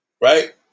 right